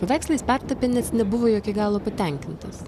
paveikslą jis pertapė nes nebuvo juo iki galo patenkintas